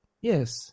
Yes